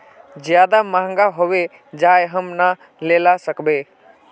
ज्यादा महंगा होबे जाए हम ना लेला सकेबे?